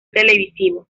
televisivo